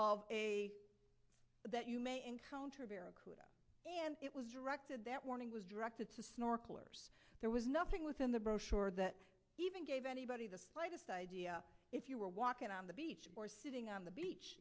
of a that you may encounter and it was directed that warning was directed to snorkelers there was nothing within the brochure that even gave anybody the slightest idea if you were walking on the beach or sitting on the beach